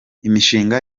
imishinga